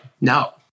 no